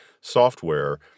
software